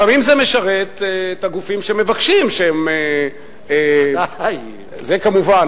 לפעמים זה משרת את הגופים שמבקשים, שהם, זה כמובן.